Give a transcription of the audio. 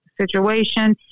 situation